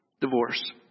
divorce